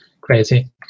crazy